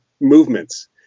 movements